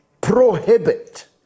prohibit